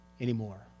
anymore